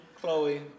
Chloe